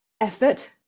effort